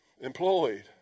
employed